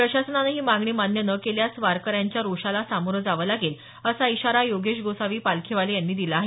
प्रशासनानं ही मागणी मान्य न केल्यास वारकर्याच्या रोषाला सामोरं जावं लागेल असा इशारा योगेश गोसावी पालखीवाले यांनी दिला आहे